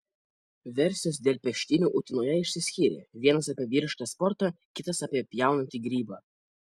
versijos dėl peštynių utenoje išsiskyrė vienas apie vyrišką sportą kitas apie pjaunantį grybą